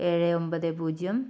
ഏഴ് ഒമ്പത് പൂജ്യം